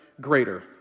greater